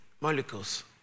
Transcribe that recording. molecules